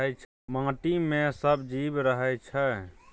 माटि मे सब जीब रहय छै